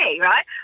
right